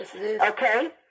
Okay